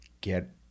get